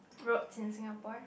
road in Singapore